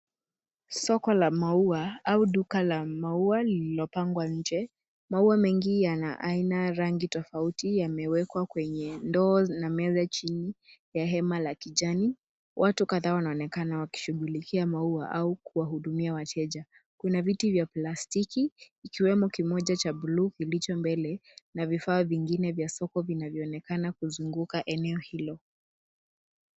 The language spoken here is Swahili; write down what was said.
Soko la maua, au duka la maua lililopangwa nje. Maua mengi yana aina rangi tofauti yamewekwa kwenye ndoo na meza chini ya hema la kijani. Watu kadhaa wanaonekana wakishughulikia maua au kuwahudumia wateja. Kuna viti vya plastiki, kikiwemo kimoja cha buluu kilicho mbele, na vifaa vingine vya soko vinavyoonekana kuzunguka eneo hilo.